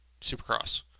Supercross